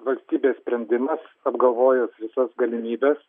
valstybės sprendimas apgalvojus visas galimybes